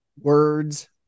words